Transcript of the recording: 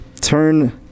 turn